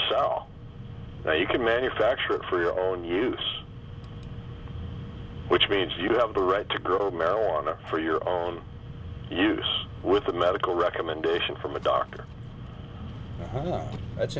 and you can manufacture it for your own use which means you have the right to grow marijuana for your own use with a medical recommendation from a doctor that's